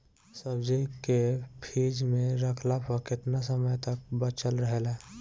सब्जी के फिज में रखला पर केतना समय तक बचल रहेला?